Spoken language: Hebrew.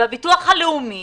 והביטוח הלאומי